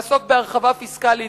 לעסוק בהרחבה פיסקלית,